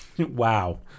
wow